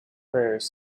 prayers